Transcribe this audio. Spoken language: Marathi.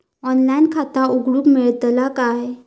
ऑनलाइन खाता उघडूक मेलतला काय?